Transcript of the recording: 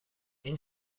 این